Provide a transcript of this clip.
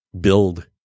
build